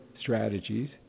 strategies